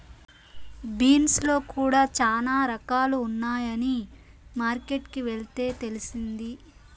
beans లో కూడా చానా రకాలు ఉన్నాయని మార్కెట్ కి వెళ్తే తెలిసింది